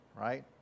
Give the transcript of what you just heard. right